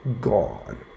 gone